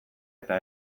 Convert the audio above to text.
eta